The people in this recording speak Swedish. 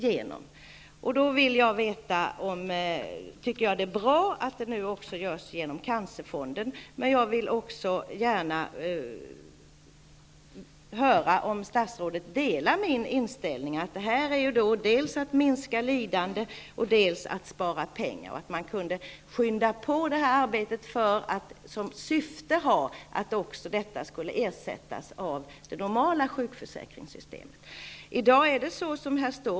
Det handlar här om att dels minska lidande, dels spara pengar. Jag vill därför veta om statsrådet delar min inställning att man bör påskynda arbetet i syfte att få denna typ av behandling täckt av det normala sjukförsäkringssystemet. Cancerfonden bidrar och det tycker jag är bra.